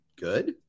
good